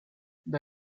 the